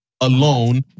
alone